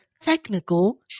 technical